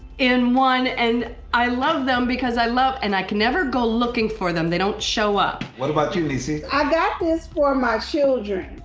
in one. and i love them because i love and i can never go looking for them, they don't show up. what about you niecy? i got this for my children.